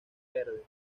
verde